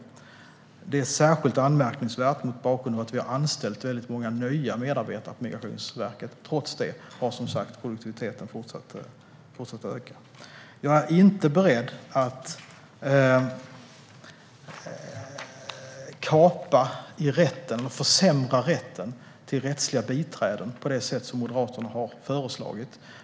Detta är särskilt anmärkningsvärt mot bakgrund av att man har anställt väldigt många nya medarbetare på Migrationsverket. Trots det har, som sagt, produktiviteten fortsatt att öka. Jag är inte beredd att försämra rätten till rättsliga biträden på det sätt som Moderaterna har föreslagit.